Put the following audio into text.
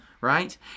right